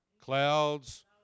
Clouds